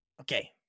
Okay